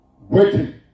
waiting